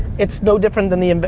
it's no different than the, and but